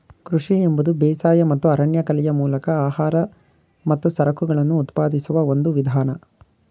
ಕೃಷಿ ಎಂಬುದು ಬೇಸಾಯ ಮತ್ತು ಅರಣ್ಯಕಲೆಯ ಮೂಲಕ ಆಹಾರ ಮತ್ತು ಸರಕುಗಳನ್ನು ಉತ್ಪಾದಿಸುವ ಒಂದು ವಿಧಾನ